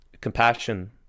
compassion